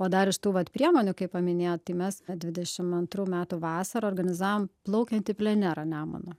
o dar iš tų va priemonių kaip paminėjot tai mes dvidešim antrų metų vasarą organizavom plaukiantį plenerą nemunu